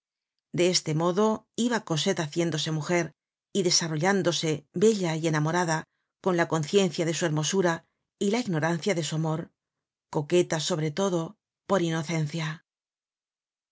de mirarse lo iba cosette haciéndose mujer y desarrollándose bella fcon la conciencia de su hermosura y la ignorancia de su t sobretodo por inocencia